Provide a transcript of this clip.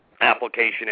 application